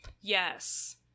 yes